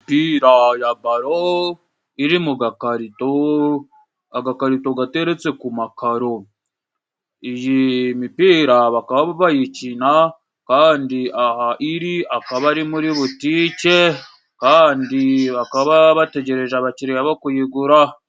Imipira ya baro iri mu gakarito, agakarito gateretse ku makaro. Iyi mipira bakaba bayikina, kandi aha iri akaba ari muri butike, kandi bakaba bategereje abakiriya bo kuyigura.